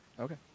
Okay